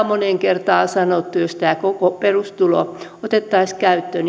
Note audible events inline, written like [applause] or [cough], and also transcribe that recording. [unintelligible] moneen kertaan sanottu jos tämä koko perustulo otettaisiin käyttöön [unintelligible]